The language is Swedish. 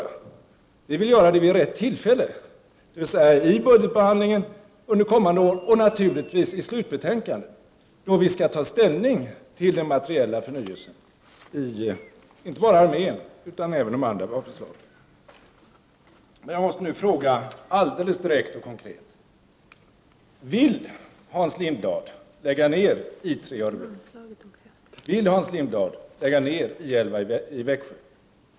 Men vi vill fatta beslut om det vid rätt tillfälle, dvs. vid budgetbehandlingen under kommande år och naturligtvis i samband med slutbetänkandet, då vi skall ta ställning till den materiella förnyelsen inte bara i fråga om armén utan även i fråga om de andra vapenslagen. Jag måste ställa en direkt och konkret fråga. Vill Hans Lindblad lägga ned 13 i Örebro? Vill Hans Lindblad lägga ned I 11 i Växjö?